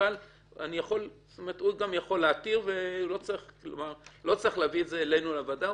לא צריך להביא את זה אלינו לוועדה,